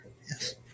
Yes